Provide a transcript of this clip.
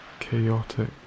chaotic